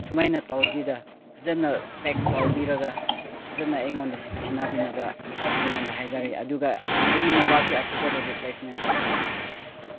ꯁꯨꯃꯥꯏꯅ ꯇꯧꯗꯕꯤꯗ ꯐꯖꯅ ꯄꯦꯛ ꯇꯧꯕꯤꯔꯒ ꯐꯖꯅ ꯑꯩꯉꯣꯟꯗ ꯁꯤꯟꯅꯕꯤꯅꯕ ꯅꯈꯣꯏꯉꯣꯟꯗ ꯍꯥꯏꯖꯔꯤ ꯑꯗꯨꯒ ꯑꯩꯒꯤ ꯃꯣꯕꯥꯏꯜꯁꯦ ꯑꯊꯨꯕꯗ ꯔꯤꯄꯂꯦꯁꯃꯦꯟ ꯇꯧꯕꯤꯌꯨ